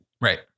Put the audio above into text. Right